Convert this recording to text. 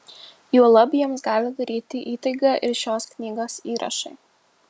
juolab jiems gali daryti įtaigą ir šios knygos įrašai